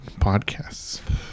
podcasts